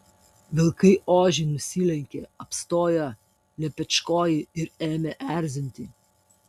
vilkai ožiui nusilenkė apstojo lepečkojį ir ėmė erzinti